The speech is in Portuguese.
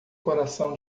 coração